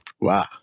Wow